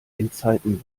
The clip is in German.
endzeiten